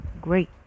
great